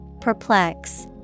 Perplex